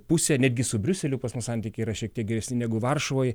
pusę netgi su briuseliu pas mus santykiai yra šiek tiek geresni negu varšuvoj